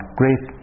great